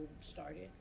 started